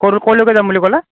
ক ক'ৰলৈকে যাম বুলি ক'লে